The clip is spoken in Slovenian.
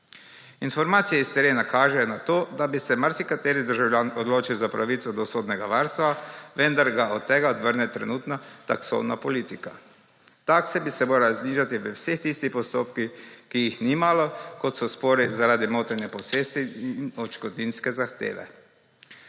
Informacije s terena kažejo na to, da bi se marsikateri državljan odločil za pravico do sodnega varstva, vendar ga od tega odvrne trenutna taksna politika. Takse bi se morale znižati v vseh tistih postopkih, ki jih ni malo, kot so spori zaradi motenja posesti in odškodninske zahteve.